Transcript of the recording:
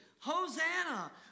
Hosanna